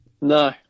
No